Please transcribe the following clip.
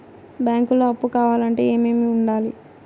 బ్యాంకులో అప్పు కావాలంటే ఏమేమి ఉండాలి?